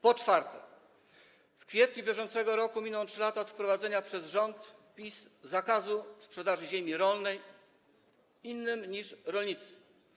Po czwarte, w kwietniu br. miną 3 lata od wprowadzenia przez rząd PiS zakazu sprzedaży ziemi rolnej innym niż rolnicy.